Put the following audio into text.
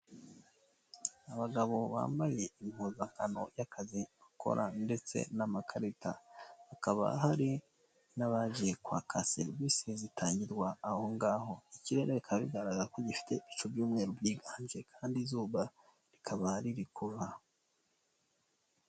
Abagabo bambaye impuzankano y'akazi bakora ndetse n'amakarita. Hakaba hari n'abaje kwaka serivisi zitangirwa ahongaho, ikirere bikaba bigaragara ko gifite ibicu by'umweru byiganje kandi izuba rikaba riri kuva.